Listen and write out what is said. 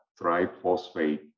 triphosphate